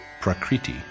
Prakriti